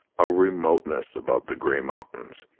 a remoteness, about the grey mountains,